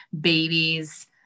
babies